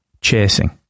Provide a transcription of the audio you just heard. chasing